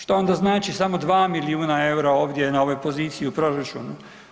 Šta onda znači samo 2 milijuna EUR-a ovdje na ovoj poziciji u proračunu?